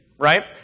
right